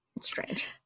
strange